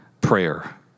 prayer